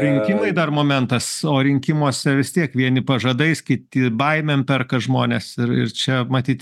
rinkimai dar momentas o rinkimuose vis tiek vieni pažadais kiti baimėm perka žmones ir ir čia matyt